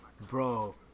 bro